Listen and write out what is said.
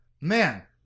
man